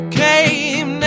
came